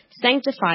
sanctify